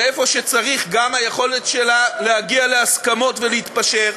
ובמקום שצריך גם היכולת שלה להגיע להסכמות ולהתפשר,